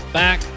back